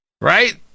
right